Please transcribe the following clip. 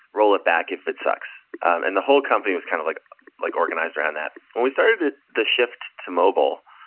roll it back if it sucks. and the whole company was kind of like like organized around that. when we started the shift to mobile,